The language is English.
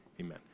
Amen